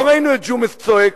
לא ראינו את ג'ומס צועק.